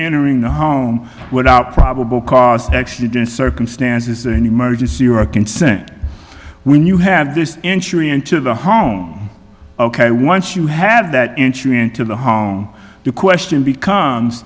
entering the home without probable cause actually did circumstances an emergency or a consent when you have this injury into the home ok once you have that into the home the question becomes